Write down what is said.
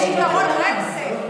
יש עקרון הרצף.